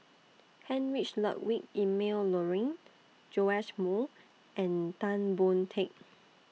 Heinrich Ludwig Emil Luering Joash Moo and Tan Boon Teik